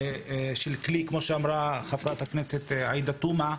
כמו שאמרה חברת הכנסת עאידה תומא,